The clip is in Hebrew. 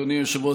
אדוני היושב-ראש,